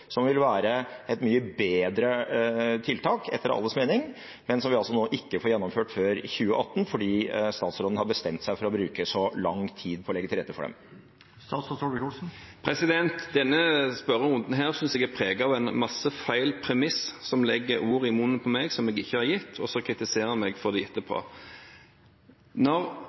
som vil være et mye bedre tiltak, etter alles mening, men som vi nå altså ikke får gjennomført før 2018, fordi statsråden har bestemt seg for å bruke så lang tid på å legge til rette for dem? Denne spørrerunden synes jeg er preget av mange feil premisser, hvor en legger ord i munnen på meg som jeg ikke har sagt, og så kritiserer en meg for det etterpå. Når